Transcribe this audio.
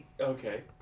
okay